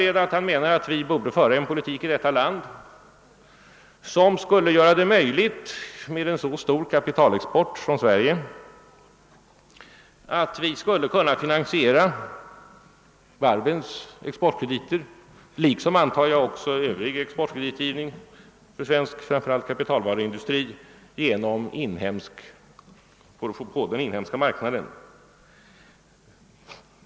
Menar han att vi borde föra en politik i detta land, som skulle göra det möjligt med en så stor kapitalexport från Sverige att vi skulle kunna finansiera varvens exportkrediter liksom — antar jag — även Övrig exportkreditgivning för svensk industri framför allt inom : kapitalvarusektorn på den inhemska marknaden?